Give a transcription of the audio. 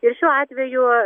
ir šiuo atveju